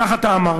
כך אתה אמרת.